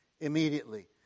immediately